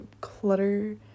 clutter